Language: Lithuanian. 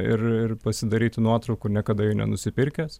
ir ir pasidaryti nuotraukų niekada jų nenusipirkęs